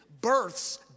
Births